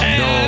no